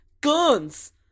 guns